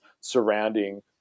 surrounding